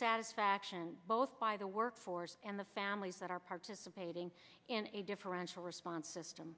satisfaction both by the workforce and the families that are participating in a differential responses to him